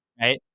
right